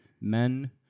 men